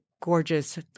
gorgeous